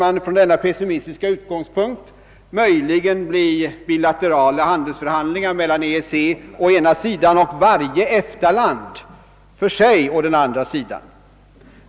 Från denna pessimistiska utgångspunkt kan man vänta att det möjligen blir bilaterala förhandlingar mellan EEC å ena sidan och varje EFTA-land för sig å den and ra sidan.